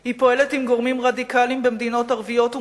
במקומות שונים.